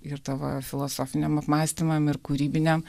ir tavo filosofiniam apmąstymam ir kūrybiniam